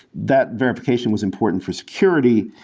that verification was important for security.